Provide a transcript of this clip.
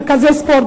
מרכזי ספורט,